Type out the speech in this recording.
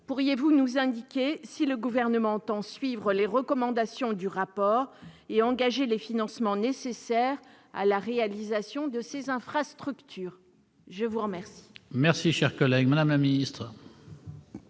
pourriez-vous nous indiquer si le Gouvernement entend suivre les recommandations de ce rapport et engager les financements nécessaires à la réalisation de ces infrastructures ? La parole